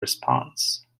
response